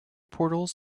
portals